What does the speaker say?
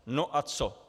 No a co?